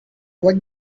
what